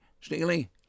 Steely